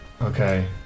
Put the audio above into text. Okay